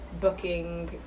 booking